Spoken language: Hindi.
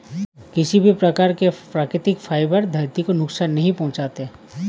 किसी भी प्रकार के प्राकृतिक फ़ाइबर धरती को नुकसान नहीं पहुंचाते